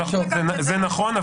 זה נכון,